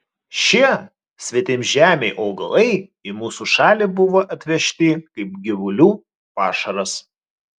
šie svetimžemiai augalai į mūsų šalį buvo atvežti kaip gyvulių pašaras